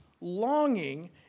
longing